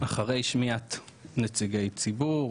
אחרי שמיעת נציגי ציבור.